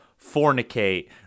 fornicate